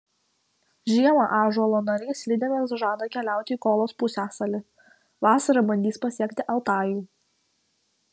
žiemą ąžuolo nariai slidėmis žada keliauti į kolos pusiasalį vasarą bandys pasiekti altajų